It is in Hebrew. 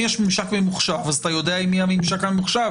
יש דרישה מהותית שבגוף שרוצה מידע יהיה ממונה.